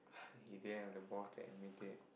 he didn't have the balls to admit it